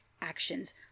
Actions